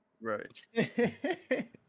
right